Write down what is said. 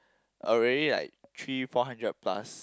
already like three four hundred plus